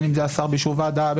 בין אם זה השר באישור ועדה,